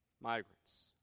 migrants